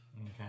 Okay